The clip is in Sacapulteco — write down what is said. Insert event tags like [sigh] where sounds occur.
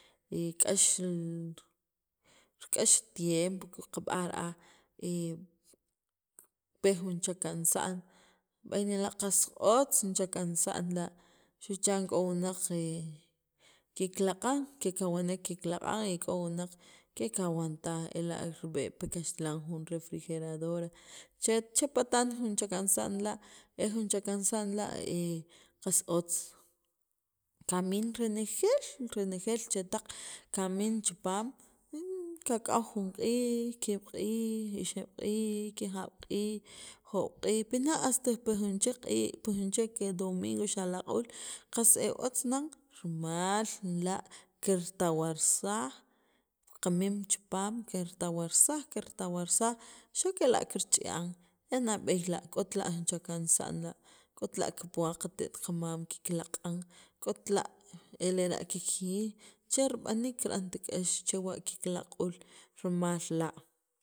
[hesitation] k'ax e k'ax tiempo qab'aj ra'aj [hesitation] pe jun chakansa'n vay nera' qas otz li chakansa'n la' xu' chan k'o wunaq kiklaq'an kikawnek kiklaq'an y k'o wunaq kekawan taj ela' rib'e' pi kaxtilan jun refrigeradora che chipataan jun chakansa'n la' e jun chakansa'n la' [hesitation] qas otz kamin renejeel renjeel chetaq kamin chipaam [hesitation] kak'aw jun q'iij ki'ab' q'iij, ixeb' q'ii, kijab' q'iij, jo'oob' q'iij, pina' hasta jun chek q'iij, jun chek domingo xalaq'uul, qas e otz nan rimal jun la' kirtawarsaj kamin chipaam kirtawarsak kirtawarsaj xa' kela' kirch'ia'n e nab'eey la' k¿otla¿ jun chakansa'n la' k'ot la' kipuwaq li qate't qamam kiklaq'an k'ot la' e lera' kikjiyij che rib'aniik kika't k'ax chewa' kiklaq'uul rimal la'